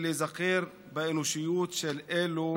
להיזכר באנושיות של אלו שאין להם פנים.